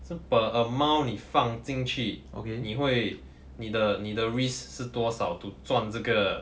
so per amount 你放进去你会你的你的 risk 是多少 to 赚这个